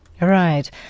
Right